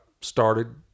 started